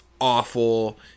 awful